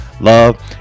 love